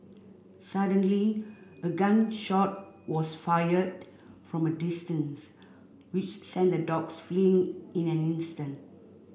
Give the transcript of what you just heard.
suddenly a gun shot was fired from a distance which sent the dogs fleeing in an instant